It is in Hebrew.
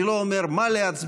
אני לא אומר מה להצביע,